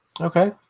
Okay